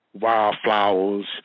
Wildflowers